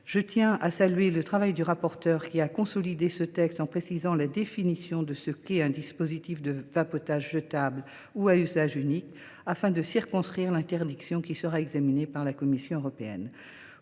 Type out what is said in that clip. je tiens à saluer le travail du rapporteur, qui a consolidé le texte en précisant la définition de ce qu’est un dispositif de vapotage jetable ou à usage unique, afin de circonscrire l’interdiction qui sera examinée par la Commission européenne.